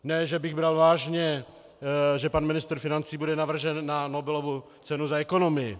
Ne že bych bral vážně, že pan ministr financí bude navržen na Nobelovu cenu za ekonomii.